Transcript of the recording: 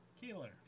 Keeler